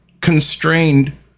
constrained